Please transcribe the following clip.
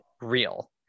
real